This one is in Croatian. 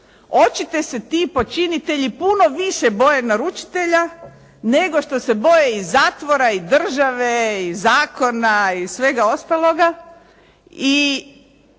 očito se ti počinitelji puno više boje naručitelja nego što se boje i zatvora i države i zakona i svega ostaloga.